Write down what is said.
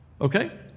Okay